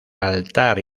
altar